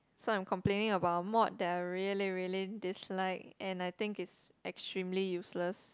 so I'm complaining about a mod that I really really dislike and I think it's extremely useless